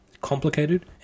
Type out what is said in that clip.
complicated